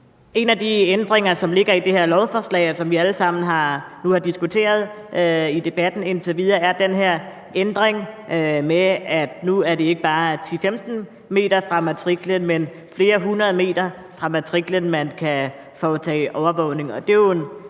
En af de ændringer, der ligger i det her lovforslag, som vi alle sammen nu har diskuteret her i debatten, er det med, at det nu ikke bare er 10-15 m fra matriklen, men flere hundrede meter fra matriklen, man kan foretage overvågning. Det